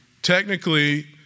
Technically